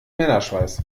männerschweiß